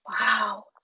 wow